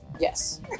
Yes